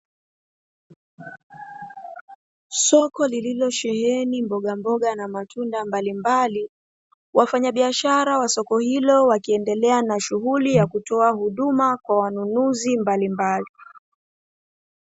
Soko lililosheheni mbogamboga na matunda mbalimbali, wafanyabiashara wa soko jilo wakiendelea na shughuli ya kutoa huduma kwa wanunuzi mbalimbali.